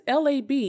LAB